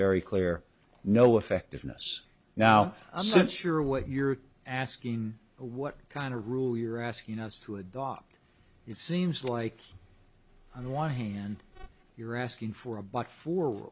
very clear no effectiveness now since you're what you're asking what kind of rule you're asking us to adopt it seems like on the one hand you're asking for a block for